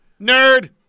nerd